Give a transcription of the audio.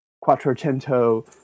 Quattrocento